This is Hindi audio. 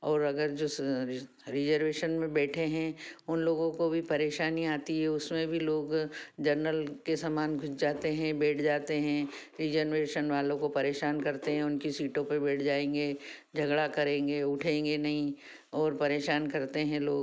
और अगर जो रिज रिजर्वेशन में बैठे हैं उन लोगों को भी परेशानियाँ आती है उसमें भी लोग जनरल के समान घुस जाते हैं बैठ जाते हैं रिजर्वेशन वालों को परेशान करते हैं उनकी सीटों पर बैठ जाएँगे झगड़ा करेंगे उठेंगे नहीं और परेशान करते हैं लोग